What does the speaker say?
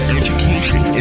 education